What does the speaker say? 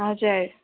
हजुर